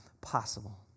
possible